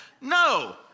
no